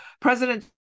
President